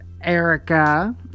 Erica